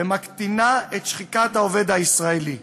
ומקטינה את שחיקת העובד הישראלי.